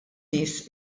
nies